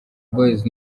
boyz